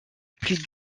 plus